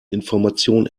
information